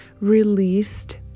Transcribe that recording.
released